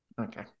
Okay